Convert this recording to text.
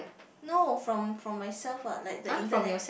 no from from myself what like the internet